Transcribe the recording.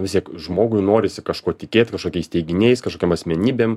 vis tiek žmogui norisi kažkuo tikėt kažkokiais teiginiais kažkokiom asmenybėm